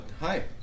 Hi